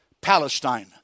Palestine